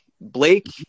Blake